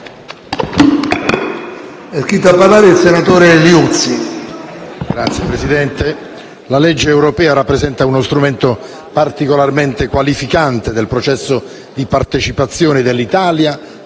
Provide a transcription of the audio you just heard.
la legge europea rappresenta uno strumento particolarmente qualificante del processo di partecipazione dell'Italia